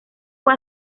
fue